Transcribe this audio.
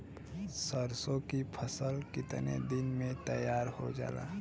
सरसों की फसल कितने दिन में तैयार हो जाला?